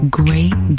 great